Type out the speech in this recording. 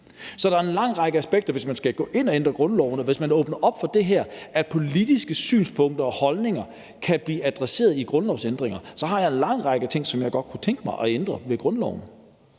Så der er en lang række aspekter. Hvis man skal gå ind og ændre grundloven, og hvis man åbner op for det her – at politiske synspunkter og holdninger kan blive adresseret i grundlovsændringer – så har jeg en lang række ting, som jeg godt kunne tænke mig at ændre i grundloven.